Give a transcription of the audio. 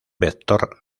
vector